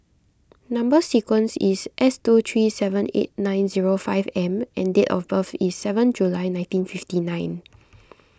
Number Sequence is S two three seven eight nine zero five M and date of birth is seven July nineteen fifty nine